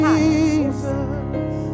Jesus